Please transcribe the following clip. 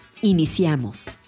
Iniciamos